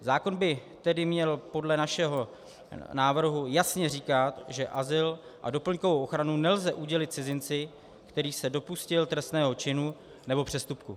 Zákon by tedy měl podle našeho návrhu jasně říkat, že azyl a doplňkovou ochranu nelze udělit cizinci, který se dopustil trestného činu nebo přestupku.